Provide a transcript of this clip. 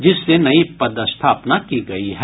जिससे नई पदस्थापना की गयी है